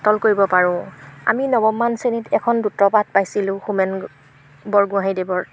পাতল কৰিব পাৰোঁ আমি নৱমমান শ্ৰেণীত এখন দ্ৰুতপাঠ পাইছিলোঁ হোমেন বৰগোহাঁঞিদেৱৰ